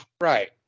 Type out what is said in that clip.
Right